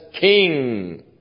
king